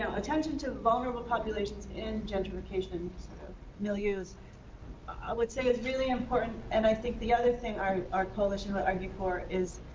attention to vulnerable populations in gentrification sort of milieus i would say is really important, and i think the other thing our our coalition would argue for is,